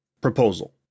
Proposal